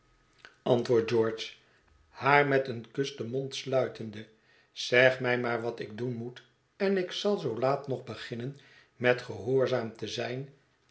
antwoordt george haar met een kus den mond sluitende zeg mij maar wat ik doen moet en ik zal zoo laat nog beginnen met gehoorzaam te zijn